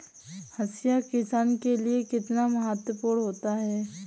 हाशिया किसान के लिए कितना महत्वपूर्ण होता है?